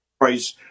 price